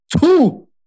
Two